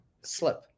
slip